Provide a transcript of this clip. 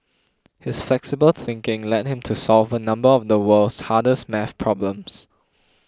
his flexible thinking led him to solve a number of the world's hardest math problems